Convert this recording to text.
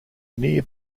near